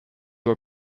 were